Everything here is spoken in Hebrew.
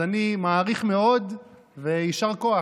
אז אני מעריך מאוד ויישר כוח.